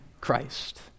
Christ